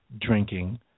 drinking